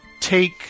take